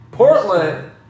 Portland